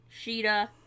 Sheeta